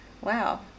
wow